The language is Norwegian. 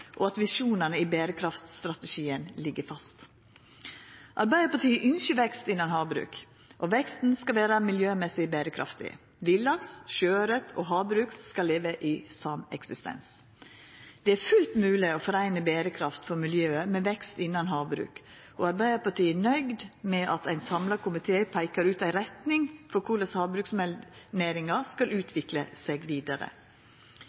og at visjonane i berekraftstrategien ligg fast. Arbeidarpartiet ønskjer vekst innan havbruk, og veksten skal vera miljømessig berekraftig. Villaks, sjøaure og havbruk skal leva i sameksistens. Det er fullt mogleg å foreina berekraft for miljøet med vekst innan havbruk, og Arbeidarpartiet er nøgd med at ein samla komité peikar ut ei retning for korleis havbruksnæringa skal utvikla seg vidare.